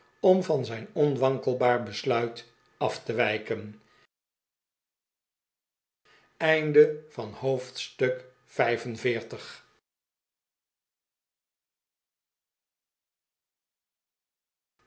om van zijn onwankelbaar besluit af te wijken hoofdstuk